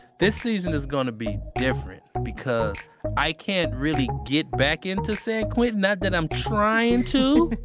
this season is gonna be different because i can't really get back into san quentin, not that i'm trying to.